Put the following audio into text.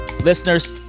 Listeners